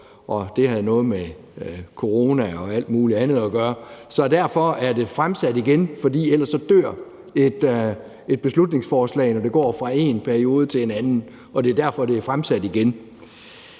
og det havde noget med corona og alt muligt andet at gøre, så derfor er det fremsat igen, for ellers dør et beslutningsforslag, når det går fra én periode til en anden. Det er derfor, det er fremsat igen.